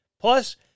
Plus